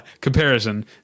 comparison